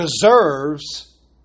deserves